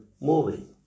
moving